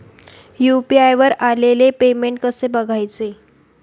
UPI वर आलेले payment कसे बघायचे?